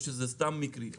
או שזה סתם מקרי,